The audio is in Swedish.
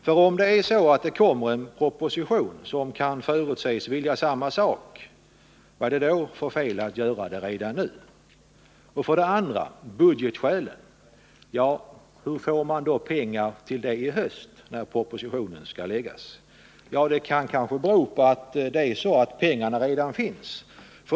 För om det kommer en proposition som kan förutses syfta till samma sak som vår reservation, vad är det då för fel att fatta beslutet redan nu? Vidare vill jag nämna budgetskälen. Hur får man pengar till det i höst, när propositionen skall läggas? Jo, genom att pengarna redan finns.